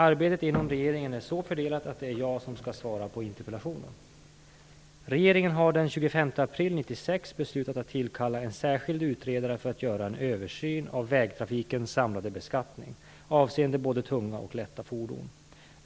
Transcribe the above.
Arbetet inom regeringen är så fördelat att det är jag som skall svara på interpellationen. Regeringen har den 25 april 1996 beslutat att tillkalla en särskild utredare för att göra en översyn av vägtrafikens samlade beskattning avseende både tunga och lätta fordon.